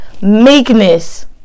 meekness